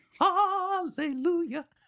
Hallelujah